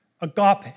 agape